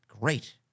Great